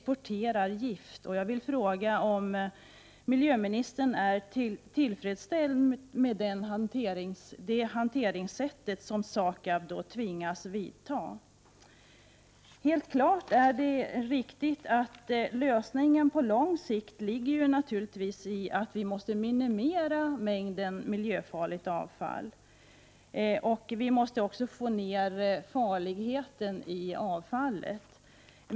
Jag vill mot den bakgrunden fråga om miljöministern är till freds med det hanteringssätt som SAKAB tvingas tillämpa. Självfallet är det riktigt att lösningen på lång sikt är att minimera mängden = Prot. 1988/89:122 miljöfarligt avfall. Vidare måste avfallet bli mindre farligt.